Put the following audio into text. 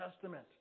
Testament